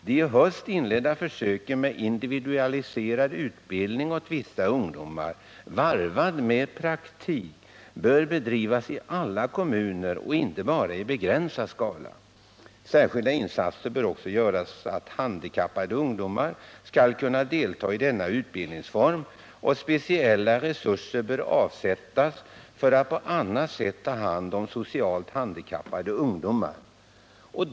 De i höst inledda försöken med individualiserad utbildning åt vissa ungdomar varvad med praktik bör bedrivas i alla kommuner och inte bara i begränsad skala. Särskilda insatser bör också göras för att handikappade ungdomar skall kunna delta i denna utbildningsform och speciella resurser bör avsättas för att på annat sätt ta hand om socialt handikappade ungdomar.